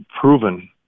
proven